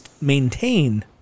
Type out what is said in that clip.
maintain